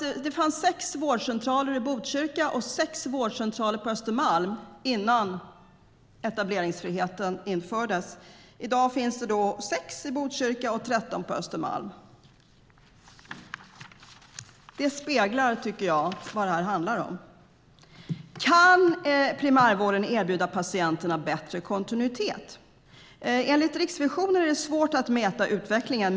Det fanns sex vårdcentraler i Botkyrka och sex vårdcentraler på Östermalm innan etableringsfriheten infördes. I dag finns det sex i Botkyrka och 13 på Östermalm. Det speglar vad det handlar om. Kan primärvården erbjuda patienterna bättre kontinuitet? Enligt Riksrevisionen är det svårt att mäta utvecklingen.